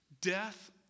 Death